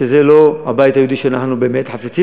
שזה לא הבית היהודי שאנחנו באמת חפצים.